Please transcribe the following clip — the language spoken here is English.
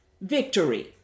victory